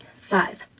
Five